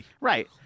right